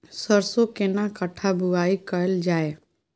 सरसो केना कट्ठा बुआई कैल जाय?